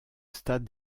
stade